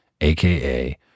aka